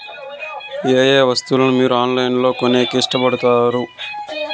ఏయే వస్తువులను మీరు ఆన్లైన్ లో కొనేకి ఇష్టపడుతారు పడుతారు?